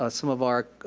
ah some of our